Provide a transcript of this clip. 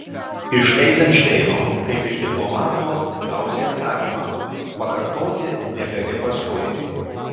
iš eizenšteino kaip iš diplomato gausi atsakymą pakartoti negali paskui